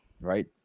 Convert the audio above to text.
right